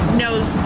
knows